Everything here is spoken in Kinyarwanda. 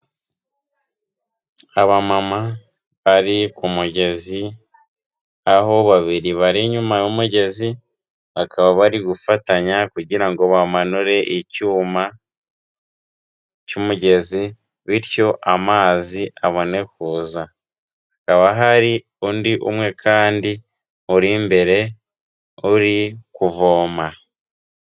Abamama bari ku mugezi, aho babiri bari inyuma y'umugezi, bakaba bari gufatanya kugira ngo bamanure icyuma cy'umugezi bityo amazi abone kuza. Hakaba hari undi umwe kandi uri imbere uri kuvoma.